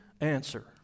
answer